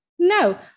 No